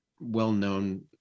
well-known